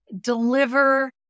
deliver